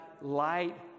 light